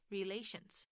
Relations。